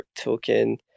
token